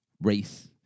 race